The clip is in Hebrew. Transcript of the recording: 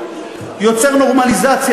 יוצר נורמליזציה,